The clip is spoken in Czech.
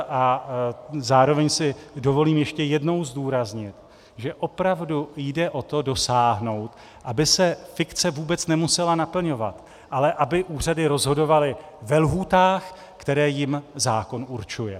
A zároveň si dovolím ještě jednou zdůraznit, že opravdu jde o to dosáhnout, aby se fikce vůbec nemusela naplňovat, ale aby úřady rozhodovaly ve lhůtách, které jim zákon určuje.